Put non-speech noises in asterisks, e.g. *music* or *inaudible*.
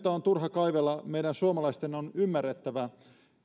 *unintelligible* on turha kaivella meidän suomalaisten on ymmärrettävä että